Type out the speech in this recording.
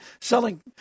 selling